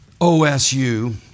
OSU